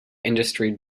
industry